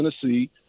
Tennessee